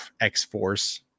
x-force